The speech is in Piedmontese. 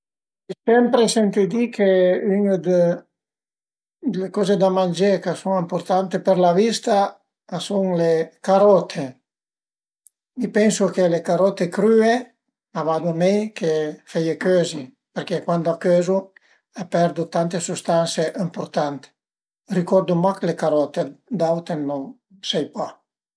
L'ai sempre sentü di chë ün de d'le coze da mangé ch'a sun ëmpurtante për la vista a sun le carote. Mi pensu che le carote crüe a vadu mei che feie cözi përché cuand a cözu a perdu tante sustanse ëmpurtante, ricordu mach le carote, d'autre sai pa